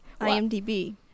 IMDb